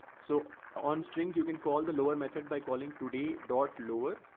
so on strings, you can call the lower method by calling today dot lower.